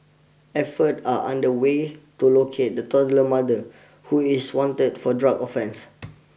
efforts are under way to locate the toddler's mother who is wanted for drug offences